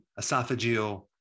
esophageal